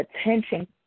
attention